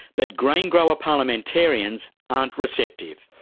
but grain grower parliamentarians aren't receptive.